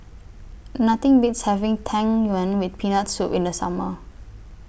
Nothing Beats having Tang Yuen with Peanut Soup in The Summer